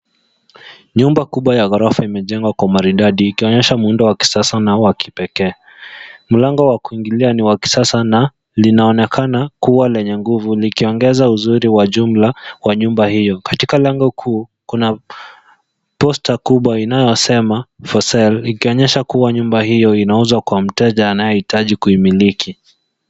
Nyumba kubwa ya gorofa imejengwa kwa maridadi, ikionyesha mundo wa kisasa nao wa kipekee, mlango wa kuingilia ni wa kisasa na linaonekana kua lenye nguvu, likiongeza uzuri wa jumla wa nyumba hio. Katika lango kuu kuna poster kubwa inayo sema for sale ikionyesha kua nyumba hio inauzwa kwa mtenja anaye hitaji kuimiliki.